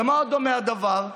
למה דומה הדבר?